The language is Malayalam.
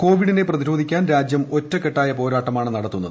കോവിഡിനെ പ്രതിരോധിക്കാൻ രാജ്യം ഒറ്റക്കെട്ടായ പോരാട്ടമാണ് നടത്തുന്നത്